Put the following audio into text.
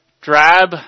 drab